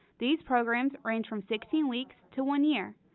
these programs range from sixteen weeks to one year.